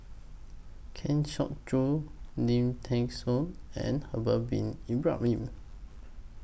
Kang Siong Joo Lim Thean Soo and Haslir Bin Ibrahim